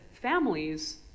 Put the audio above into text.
families